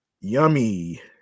Yummy